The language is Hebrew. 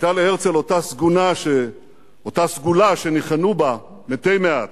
היתה להרצל אותה סגולה שניחנו בה מתי מעט,